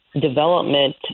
development